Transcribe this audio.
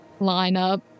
lineup